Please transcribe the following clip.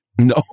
No